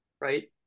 right